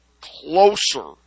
closer